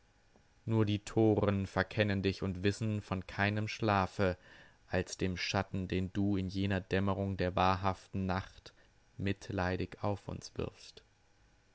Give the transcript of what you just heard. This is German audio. nur die toren verkennen dich und wissen von keinem schlafe als dem schatten den du in jener dämmerung der wahrhaften nacht mitleidig auf uns wirfst